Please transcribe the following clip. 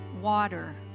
water